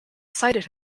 cited